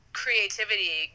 creativity